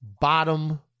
bottom